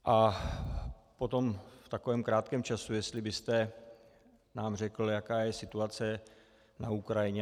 A potom v takovém krátkém čase, jestli byste nám řekl, jaká je situace na Ukrajině.